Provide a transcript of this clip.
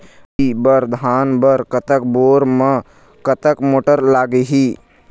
रबी बर धान बर कतक बोर म कतक मोटर लागिही?